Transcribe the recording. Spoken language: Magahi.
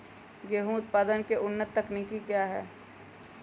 गेंहू उत्पादन की उन्नत तकनीक क्या है?